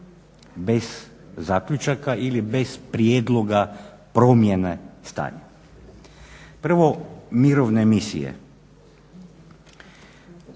bez zaključaka ili bez prijedloga promjene stanja. Prvo mirovne misije.